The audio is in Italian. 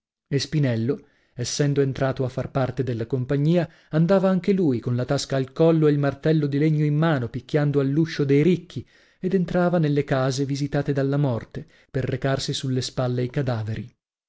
e spinello essendo entrato a far parte della compagnia andava anche lui con la tasca al collo e il martello di legno in mano picchiando all'uscio dei ricchi ed entrava nelle case visitate dalla morte per recarsi sulle spalle i cadaveri